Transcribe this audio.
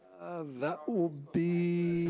that will be.